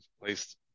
placed